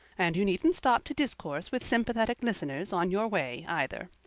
and you needn't stop to discourse with sympathetic listeners on your way, either.